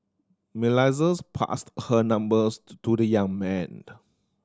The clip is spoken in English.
passed her numbers to the young man